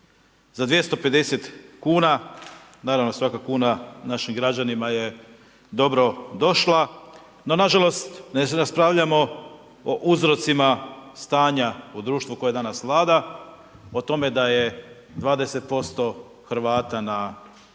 za 250,00 kn, naravno, svaka kuna našim građanima je dobro došla, no nažalost, ne raspravljamo o uzrocima stanja u društvu koje danas vlada, o tome da je 20% Hrvata na pragu